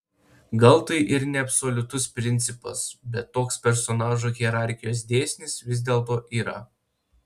gal tai ir neabsoliutus principas bet toks personažų hierarchijos dėsnis vis dėlto yra